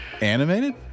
Animated